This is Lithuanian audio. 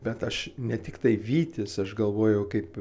bet aš ne tiktai vytis aš galvojau kaip